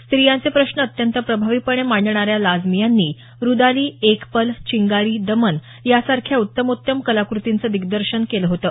स्त्रियांचे प्रश्न अत्यंत प्रभावीपणे मांडणाऱ्या लाजमी यांनी रुदाली एकपल चिंगारी दमन यांसारख्या उत्तमोत्तम कलाकृतींचं दिग्दर्शन केलं होतं